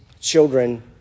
children